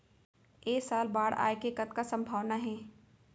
ऐ साल बाढ़ आय के कतका संभावना हे?